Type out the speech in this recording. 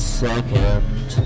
second